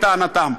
לטענתם.